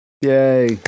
Yay